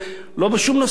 אז פתאום זה כשר?